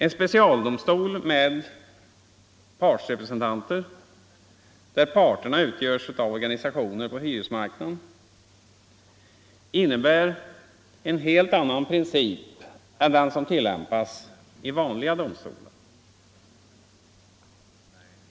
En specialdomstol med partsrepresentanter, där parterna utgöres av organisationer på hyresmarknaden, innebär en helt annan princip än den som tillämpas vid vanliga domstolar.